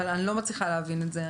אבל אני לא מצליחה להבין את זה.